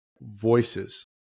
voices